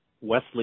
Wesley